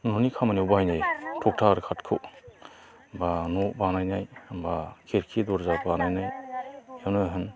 न'नि खामानियाव बाहायनाय थखथा आरो खाथखौ बा न' बानायनाय बा खिरखि दरजा बानायनाय जिखुनु होन